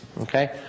Okay